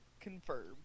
Confirmed